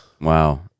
Wow